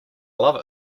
love